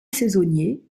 saisonnier